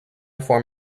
form